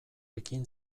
ekin